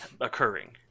occurring